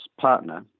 partner